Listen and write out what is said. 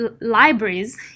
libraries